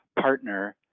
partner